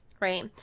Right